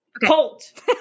cult